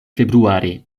februare